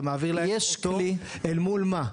אתה מעביר אותו אל מול מה?